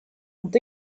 ont